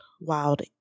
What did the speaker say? wild